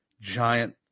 giant